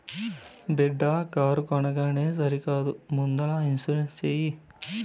బిడ్డా కారు కొనంగానే సరికాదు ముందల ఇన్సూరెన్స్ చేయి